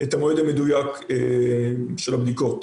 את המועד המדויק של הבדיקות.